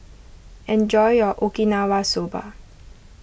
enjoy your Okinawa Soba